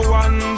one